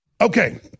Okay